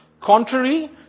contrary